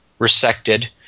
resected